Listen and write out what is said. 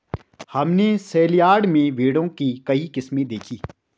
हमने सेलयार्ड में भेड़ों की कई किस्में देखीं